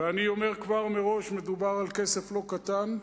ואני אומר כבר, מראש, מדובר על כסף לא קטן.